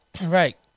Right